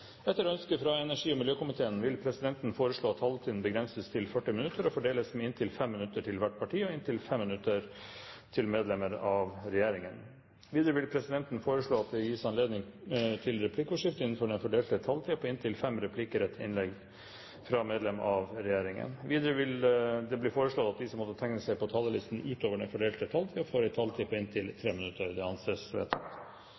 Etter ønske fra energi- og miljøkomiteen vil presidenten foreslå at taletiden begrenses til 40 minutter og fordeles med inntil 5 minutter til hvert parti og inntil 5 minutter til medlem av regjeringen. Videre vil presidenten foreslå at det gis anledning til replikkordskifte på inntil fem replikker med svar etter innlegg fra medlem av regjeringen innenfor den fordelte taletid. Videre blir det foreslått at de som måtte tegne seg på talerlisten utover den fordelte taletid, får en taletid på inntil